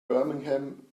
birmingham